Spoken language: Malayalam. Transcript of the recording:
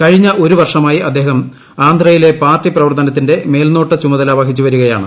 കഴിഞ്ഞ ഒരു വർഷമായി അദ്ദേഹം ആന്ധ്രയിലെ പാർട്ടി പ്രവർത്തനത്തിന്റെ മേൽനോട്ടച്ചുമതല വഹിച്ചു വരികയാണ്